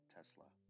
Tesla